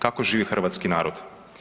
Kako žive hrvatski narod?